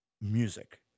music